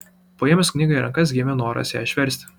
paėmus knygą į rankas gimė noras ją išversti